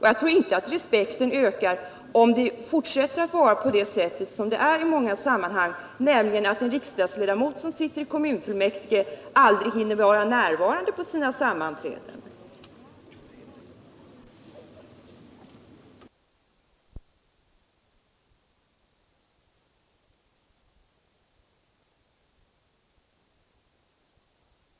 Jag tror inte Torsdagen den respekten ökar för politiken om en riksdagsledamot som sitter i kommun 5 oktober 1978 fullmäktige aldrig hinner vara närvarande vid sammanträdena i kommu